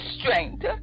strength